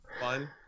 fun